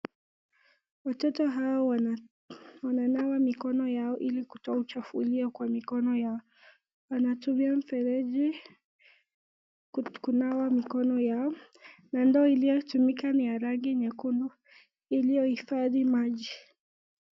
Watoto hao wananawa mikono yao ili kutoa uchafu ilio kwa mikono yao. Wanatumia mifereji kunawa mikono yao, na ndoo iliyo tumika ni ya rangi nyekundu iliyo hifadhi maji.